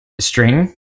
string